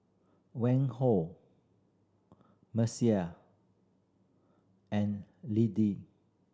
Mercer and Liddie